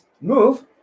move